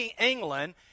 England